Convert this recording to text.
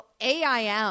AIM